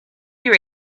your